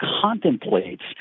contemplates